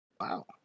Wow